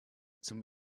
zum